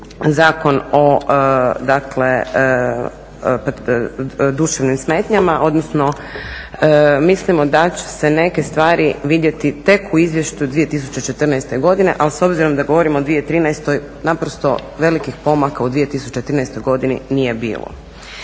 dakle duševnim smetnjama. Odnosno mislimo da će se neke stvari vidjeti tek u izvješću 2014. godine. Ali s obzirom da govorimo o 2013. naprosto velikih pomaka u 2013. godini nije bilo.